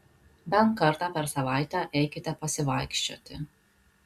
bent kartą per savaitę eikite pasivaikščioti